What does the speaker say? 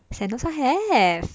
sentosa have